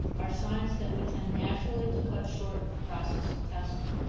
are signs that we tend naturally to cut short the process of testing.